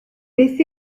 beth